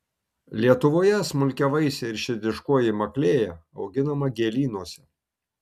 lietuvoje smulkiavaisė ir širdiškoji maklėja auginama gėlynuose